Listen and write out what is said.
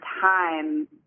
time